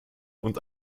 und